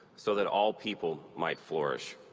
so that all people might flourish.